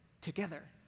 together